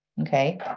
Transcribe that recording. Okay